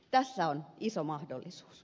tässä on iso mahdollisuus